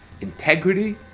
integrity